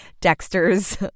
Dexter's